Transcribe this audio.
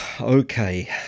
Okay